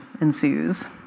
ensues